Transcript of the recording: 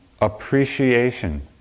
appreciation